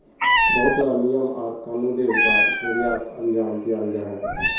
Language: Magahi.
बहुत ला नियम आर कानूनेर बाद निर्यात अंजाम दियाल जाहा